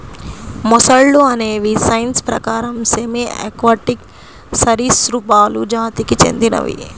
మొసళ్ళు అనేవి సైన్స్ ప్రకారం సెమీ ఆక్వాటిక్ సరీసృపాలు జాతికి చెందినవి